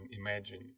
imagine